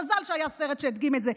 מזל שהיה סרט שהדגים את זה.